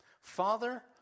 Father